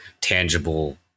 tangible